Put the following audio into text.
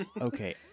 Okay